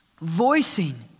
voicing